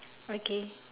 okay